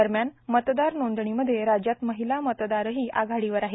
दरम्यान मतदार नांदणीमध्ये राज्यात र्माहला मतदारही आघाडीवर आहेत